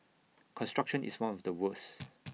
construction is one of the worst